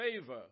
favor